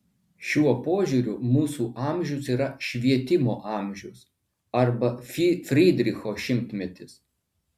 šiuo požiūriu mūsų amžius yra švietimo amžius arba frydricho šimtmetis